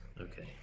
Okay